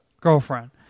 girlfriend